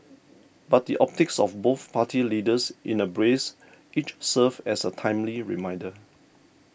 but the optics of both party leaders in a brace each serves as a timely reminder